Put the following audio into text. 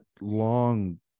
long